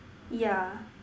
yeah